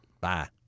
Bye